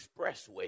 Expressway